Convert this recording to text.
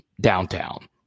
downtown